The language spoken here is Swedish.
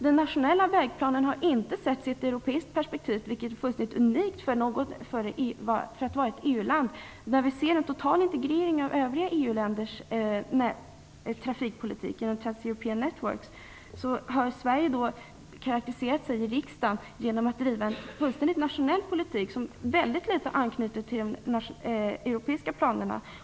Den nationella vägplanen har inte setts i ett europeiskt perspektiv, vilket är fullständigt unikt för ett EU-land. Vi ser en total integrering av övriga EU-länders trafikpolitik genom Transeuropean Network. Sverige har karakteriserat sig genom att driva en nationell politik i riksdagen. Den har väldigt liten anknytning till de europeiska planerna.